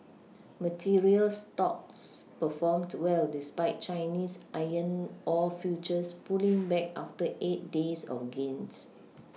materials stocks performed well despite Chinese iron ore futures pulling back after eight days of gains